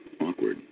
Awkward